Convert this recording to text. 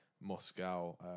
Moscow